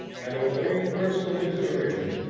and obeying personal considerations,